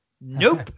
Nope